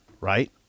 right